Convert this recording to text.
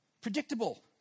predictable